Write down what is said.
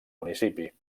municipi